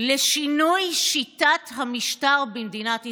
לשינוי שיטת המשטר במדינת ישראל.